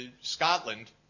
Scotland